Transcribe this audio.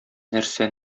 нәрсә